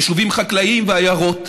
יישובים חקלאיים ועיירות.